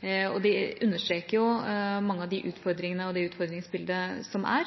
av de utfordringene, og det utfordringsbildet, som er.